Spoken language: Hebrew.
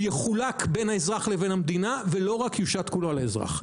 הוא יחולק בין האזרח לבין המדינה ולא רק יושת כולו על האזרח.